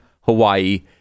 hawaii